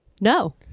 No